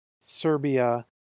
Serbia